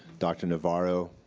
dr. navarro,